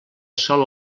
sol